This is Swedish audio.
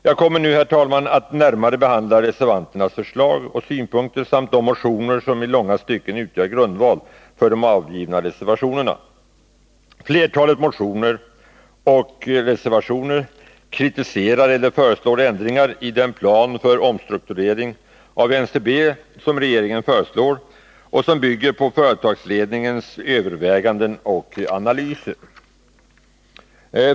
Jag kommer nu, herr talman, att närmare behandla reservanternas förslag och synpunkter samt de motioner som i långa stycken utgör grundval för de avgivna reservationerna. Flertalet motioner och reservationer kritiserar eller föreslår ändringar i den plan för omstrukturering av NCB som regeringen föreslår och som bygger på företagsledningens överväganden och analyser.